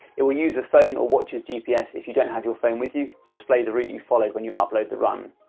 it will use the phone or watch's gps, if you don't have your phone with you, to display the route you've followed when you upload the run.